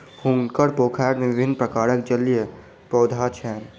हुनकर पोखैर में विभिन्न प्रकारक जलीय पौधा छैन